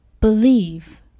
Believe